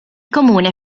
comune